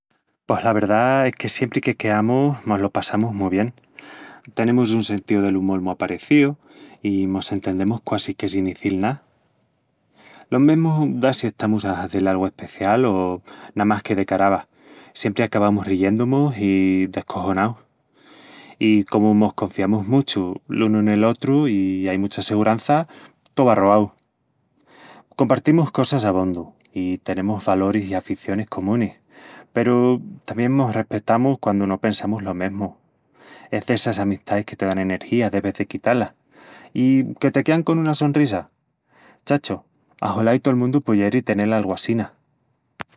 Pos la verdá es que siempri que queamus, mo-lo passamus mu bien. Tenemus un sentíu del umol mu aparecíu i mos entendemus quasi que sin izil ná. Lo mesmu da si estamus a hazel algu especial o namás que de carava, siempri acabamus riyendu-mus i descojonaus. I comu mos confiamus muchu l'unu nel otru i ai mucha segurança, tó va roau. Compartimus cosas abondu i tenemus valoris i aficionis comunis, peru tamién mos respetamus quandu no pensamus lo mesmu. Es d'essas amistais que te dan energia de ves de quitá-la. I que te quean con una sonrisa. Chacho, axolá i tol mundu puieri tenel algu assina..